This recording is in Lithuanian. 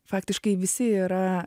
faktiškai visi yra